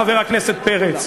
חבר הכנסת פרץ: